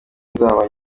nzaba